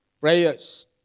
prayers